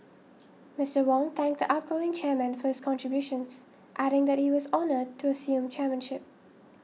Mister Wong thanked the outgoing chairman for his contributions adding that he was honoured to assume chairmanship